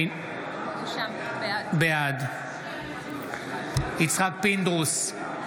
בעד יצחק פינדרוס,